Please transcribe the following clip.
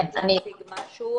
ההנגשה צריכה להיות דבר שבשגרה,